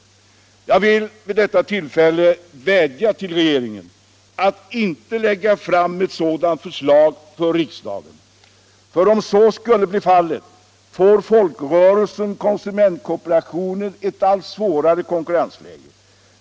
Jag vill vid detta tillfälle vädja till regeringen att inte lägga fram ett sådant förslag för riksdagen, ty om så skulle bli fallet får folkrörelsen konsumentkooperationen ett allt svårare konkurrensläge.